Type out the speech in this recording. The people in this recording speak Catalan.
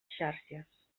xàrcies